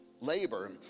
labor